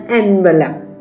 envelope